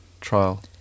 trial